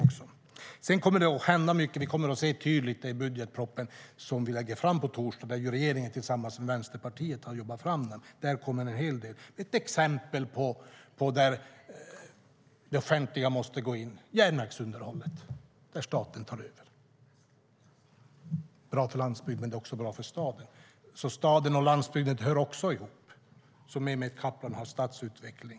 Det kommer att hända mycket. Vi kommer att få se det tydligt när regeringen lägger fram budgetpropositionen, som regeringen har arbetat fram tillsammans med Vänsterpartiet. Där kommer en hel del exempel på när det offentliga måste gå in, som järnvägsunderhållet där staten tar över. Det är bra för landsbygden, och det är också bra för staden. Staden och landsbygden hör ihop. Mehmet Kaplan har hand om stadsutveckling.